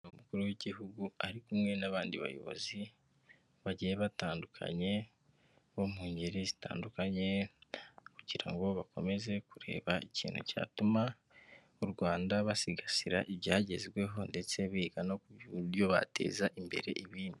Umukuru w'igihugu ari kumwe n'abandi bayobozi, bagiye batandukanye bo mu ngeri zitandukanye kugira ngo bakomeze kureba ikintu cyatuma u Rwanda basigasira ibyagezweho ndetse biga no ku buryo bateza imbere ibindi.